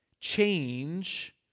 change